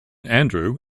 andrew